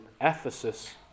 Ephesus